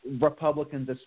Republicans